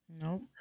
No